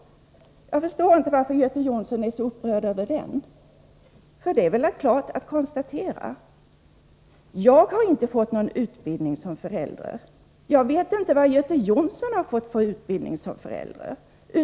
Jag förstår inte varför Göte Jonsson är så upprörd över det. Det är ju ett klart konstaterande. Jag har inte fått någon utbildning som förälder. Jag vet inte vad Göte Jonsson fått för utbildning som förälder.